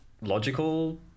logical